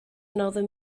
another